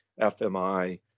FMI